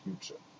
future